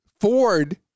Ford